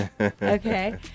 Okay